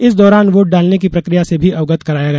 इस दौरान वोट डालने की प्रक्रिया से भी अवगत कराया गया